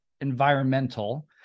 environmental